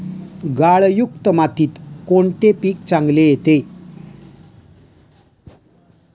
गाळयुक्त मातीत कोणते पीक चांगले येते?